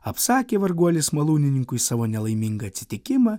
apsakė varguolis malūnininkui savo nelaimingą atsitikimą